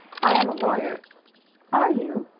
i am a lawyer are you?